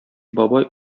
бабай